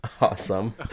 Awesome